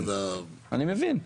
אני מבין.